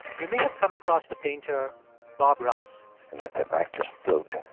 you may have come across the painter bob ross and let that knife just float.